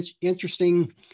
interesting